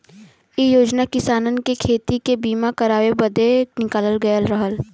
इ योजना किसानन के खेती के बीमा करावे बदे निकालल गयल रहल